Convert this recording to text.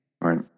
right